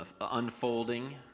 unfolding